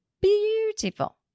Beautiful